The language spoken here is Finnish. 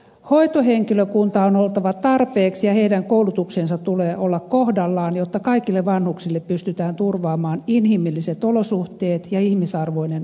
hoitohenkilökuntaa on oltava tarpeeksi ja heidän koulutuksensa tulee olla kohdallaan jotta kaikille vanhuksille pystytään turvaamaan inhimilliset olosuhteet ja ihmisarvoinen loppuelämä